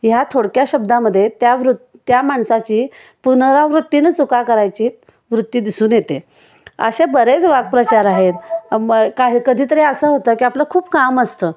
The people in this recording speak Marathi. ह्या थोडक्या शब्दामध्ये त्या वृत् त्या माणसाची पुनरावृत्तीनं चुका करायची वृत्ती दिसून येते असे बरेच वाक्प्रचार आहेत मग काही कधीतरी असं होतं की आपलं खूप काम असतं